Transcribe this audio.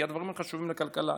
כי הדברים חשובים לכלכלה.